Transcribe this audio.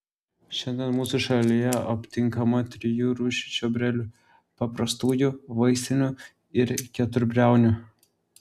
šiandien mūsų šalyje aptinkama trijų rūšių čiobrelių paprastųjų vaistinių ir keturbriaunių